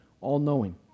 all-knowing